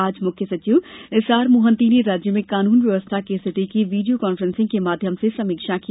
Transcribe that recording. आज मुख्य सचिव आर एस मोहन्ती ने राज्य में कानून व्यवस्था को स्थिति की वीडिया कॉन्फ्रेंसिंग के माध्यम से समीक्षा की